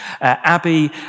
Abby